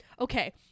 Okay